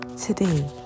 today